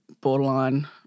borderline